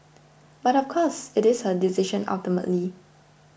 but of course it is her decision ultimately